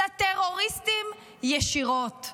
לטרוריסטים ישירות.